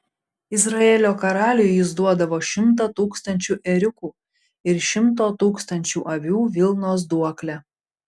izraelio karaliui jis duodavo šimtą tūkstančių ėriukų ir šimto tūkstančių avinų vilnos duoklę